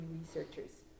researchers